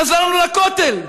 חזרנו לכותל.